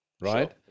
right